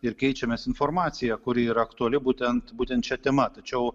ir keičiamės informacija kuri yra aktuali būtent būtent šia tema tačiau